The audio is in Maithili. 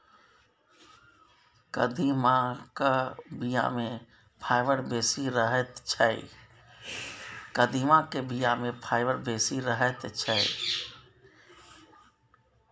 कदीमाक बीया मे फाइबर बेसी रहैत छै